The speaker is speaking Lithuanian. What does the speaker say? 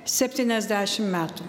septyniasdešimt metų